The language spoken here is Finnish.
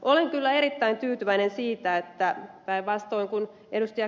olen kyllä erittäin tyytyväinen siitä että päinvastoin kuin ed